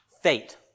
Fate